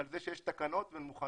אלא על זה שיש תקנות והן מוכנות.